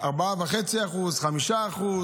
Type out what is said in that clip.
4.5%, 5%,